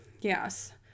yes